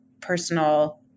personal